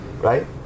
right